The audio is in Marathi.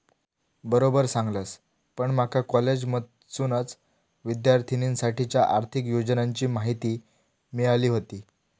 बरोबर सांगलस, पण माका कॉलेजमधसूनच विद्यार्थिनींसाठीच्या आर्थिक योजनांची माहिती मिळाली व्हती